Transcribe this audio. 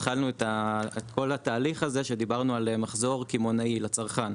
התחלנו את כל התהליך הזה כשדיברנו על מחזור קמעונאי לצרכן.